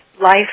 life